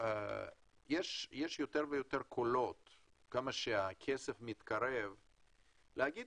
יש יותר ויותר קולות ככל שהכסף מתקרב להגיד